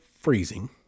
freezing